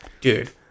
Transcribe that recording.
Dude